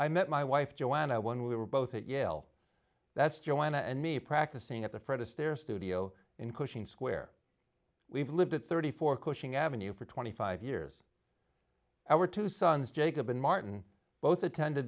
i met my wife joanna when we were both at yale that's joanna and me practicing at the fred astaire studio in cushing square we've lived at thirty four cushing avenue for twenty five years our two sons jacob and martin both attend